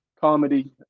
comedy